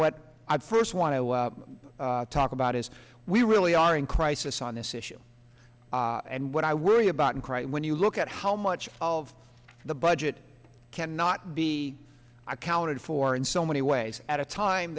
what i first want to talk about is we really are in crisis on this issue and what i worry about and cry when you look at how much of the budget cannot be accounted for in so many ways at a time